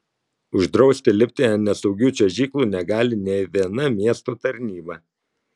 uždrausti lipti ant nesaugių čiuožyklų negali nė viena miesto tarnyba